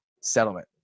settlement